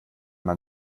man